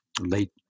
late